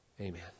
Amen